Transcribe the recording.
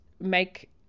make